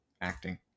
acting